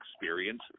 experience